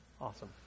Awesome